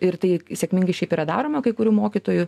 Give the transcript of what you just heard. ir tai sėkmingai šiaip yra daroma kai kurių mokytojų